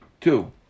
two